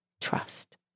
Trust